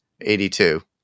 82